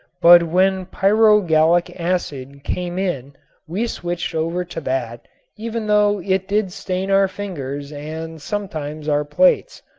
but when pyrogallic acid came in we switched over to that even though it did stain our fingers and sometimes our plates.